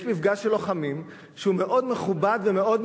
יש מפגש של לוחמים שהוא מאוד מכובד ומאוד